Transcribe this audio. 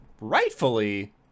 rightfully